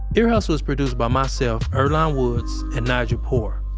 ear hustle is produced by myself, earlonne woods, and nigel poor,